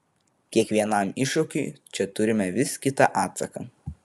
kiekvienam iššūkiui čia turime vis kitą atsaką